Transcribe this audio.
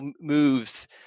moves